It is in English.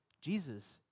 Jesus